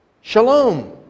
Shalom